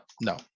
no